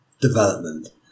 development